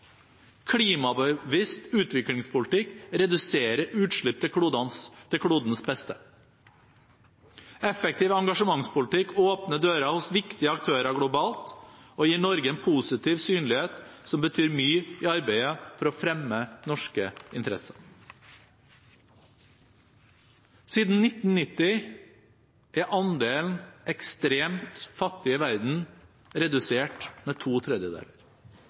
klimabevisst utviklingspolitikk reduserer utslipp til klodens beste. En effektiv engasjementspolitikk åpner dører hos viktige aktører globalt og gir Norge en positiv synlighet som betyr mye i arbeidet for å fremme norske interesser. Siden 1990 er andelen ekstremt fattige i verden redusert med to tredjedeler.